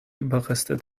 überreste